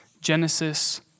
Genesis